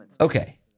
Okay